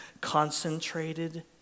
concentrated